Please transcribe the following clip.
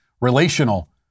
relational